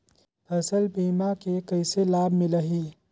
फसल बीमा के कइसे लाभ मिलही?